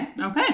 okay